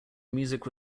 music